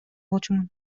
болчумун